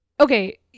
okay